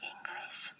English